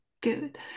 good